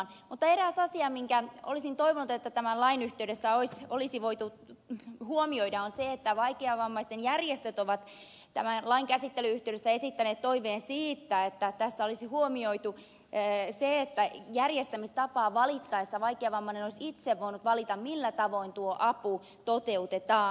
mutta eräs asia josta olisin toivonut että se tämän lain yhteydessä olisi voitu huomioida on se että vaikeavammaisten järjestöt ovat tämän lain käsittelyn yhteydessä esittäneet toiveen siitä että tässä olisi huomioitu se että järjestämistapaa valittaessa vaikeavammainen olisi itse voinut valita millä tavoin tuo apu toteutetaan